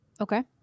Okay